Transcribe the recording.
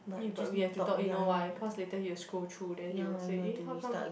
eh but we have to talk you know why cause later he'll scroll through then he will say eh how come